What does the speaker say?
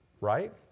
Right